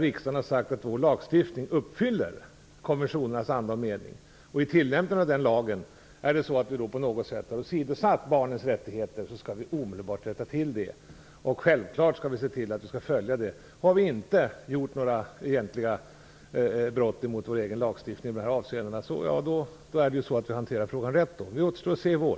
Riksdagen har ju sagt att vår lagstiftning uppfyller konventionens anda och mening. Om vi har åsidosatt barnens rättigheter vid tillämpningen av lagen skall vi omedelbart rätta till det. Självklart skall vi se till att följa den. Om vi inte har begått några egentliga brott mot vår egen lagstiftning i dessa avseenden, har vi hanterat frågan rätt. Det återstår att se i vår.